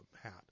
hat